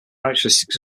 characteristics